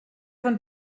von